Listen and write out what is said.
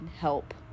help